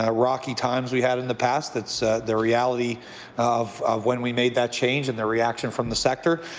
ah rocky times with we had in the past. it's the reality of of when we made that change and the reaction from the sector.